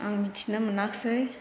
आं मिथिनो मोनासै